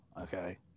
Okay